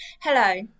Hello